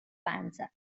panza